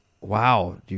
Wow